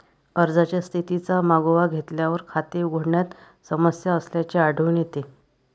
अर्जाच्या स्थितीचा मागोवा घेतल्यावर, खाते उघडण्यात समस्या असल्याचे आढळून येते